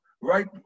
right